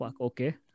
Okay